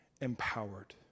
empowered